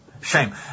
shame